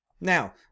Now